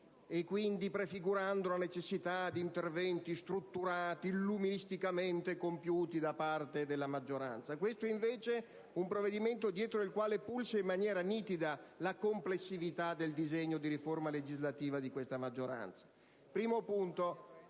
quindi prefigurando la necessità di interventi strutturati e illuministicamente compiuti da parte della maggioranza. Questo è invece un provvedimento dietro il quale pulsa in maniera nitida la complessità del disegno di riforma legislativa di questa maggioranza. In primo luogo,